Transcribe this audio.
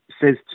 says